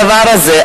הדבר הזה,